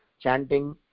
chanting